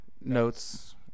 notes